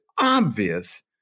obvious